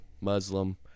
Muslim